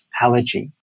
allergy